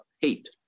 hate